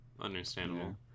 understandable